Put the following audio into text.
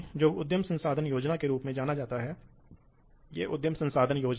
लेकिन विशेष रूप से भौतिक समरूपता के कारण सामना करने में बड़े अधिभार हो सकते हैं